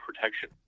protection